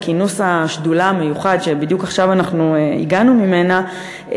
וכינוס השדולה המיוחד שבדיוק עכשיו אנחנו הגענו ממנו,